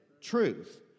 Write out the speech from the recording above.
Truth